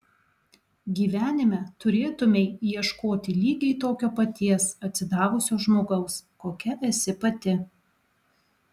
gyvenime turėtumei ieškoti lygiai tokio paties atsidavusio žmogaus kokia esi pati